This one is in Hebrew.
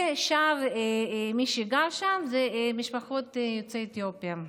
והשאר שגרים שם הם משפחות יוצאי אתיופיה.